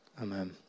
Amen